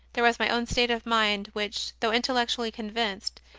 there was my own state of mind, which, though intellectually convinced,